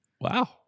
Wow